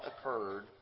occurred